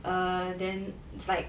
err then it's like